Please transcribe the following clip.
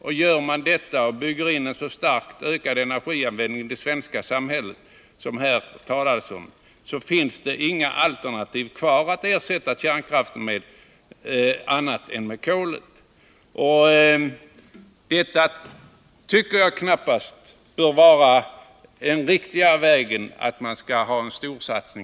Bygger man in en starkt ökad energianvändning i det svenska samhället, så finns det inga alternativ kvar att ersätta kärnkraften med annat än kolet. En storsatsning på kol tycker jag knappast bör vara den riktiga vägen.